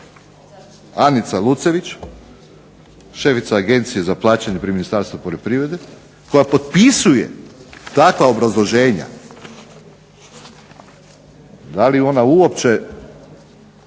Anica Lucević, šefica Agencije za plaćanje pri Ministarstvu poljoprivrede koja potpisuje takva obrazloženja, da li ona uopće